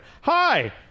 Hi